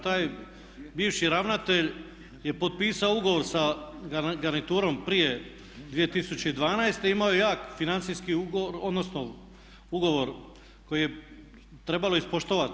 Taj bivši ravnatelj je potpisao ugovor sa garniturom prije 2012.imao je jak financijski ugovor, odnosno ugovor koji je trebalo ispoštovati.